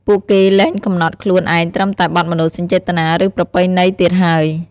ពួកគេលែងកំណត់ខ្លួនឯងត្រឹមតែបទមនោសញ្ចេតនា ឬប្រពៃណីទៀតហើយ។